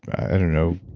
i don't know,